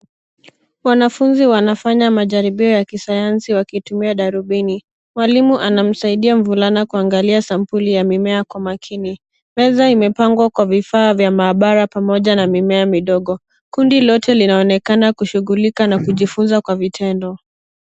Wanafunzi wanafanya majaribio ya kisayansi wakitumia darubini. Mwalimu anamsaidia mvulana kuangalia sampuli ya mimea kwa makini. Meza imepangwa kwa vifaa vya maabara pamoja na mimea midogo. Kundi lote linaonekana kushughulika na kujifunza kwa vitendo.